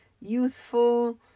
youthful